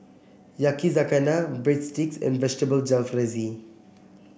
Yakizakana Breadsticks and Vegetable Jalfrezi